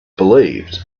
believed